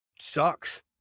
sucks